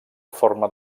forma